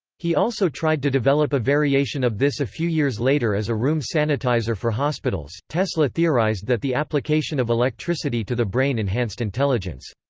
he also tried to develop a variation of this a few years later as a room sanitizer for hospitals tesla theorized that the application of electricity to the brain enhanced intelligence.